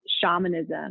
shamanism